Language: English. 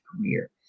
career